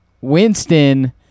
Winston